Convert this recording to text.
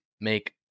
make